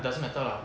doesn't matter lah